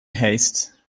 haste